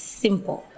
simple